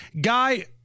Guy